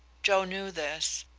joe knew this,